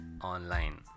online